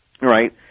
right